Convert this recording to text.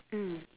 mm